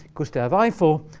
gustav eiffel,